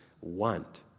want